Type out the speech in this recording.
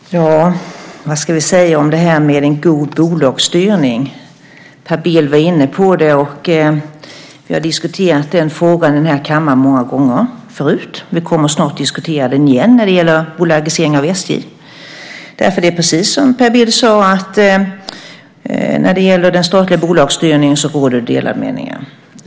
Herr talman! Vad ska vi säga om detta med en god bolagsstyrning? Per Bill var inne på det, och vi har också diskuterat frågan många gånger förut i kammaren. Vi kommer snart att diskutera den igen när det gäller bolagisering av SJ. Precis som Per Bill sade råder det delade meningar om den statliga bolagsstyrningen.